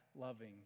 loving